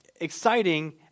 exciting